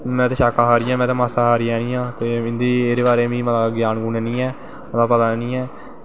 में ते शाकाहारी आं में ते मासाहारी नी आं ते इयां ते इंदे बारे च मिगी इन्नां ग्यान नी ऐ पता नी ऐ